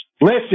Listen